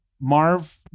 Marv